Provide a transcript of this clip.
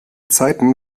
zeiten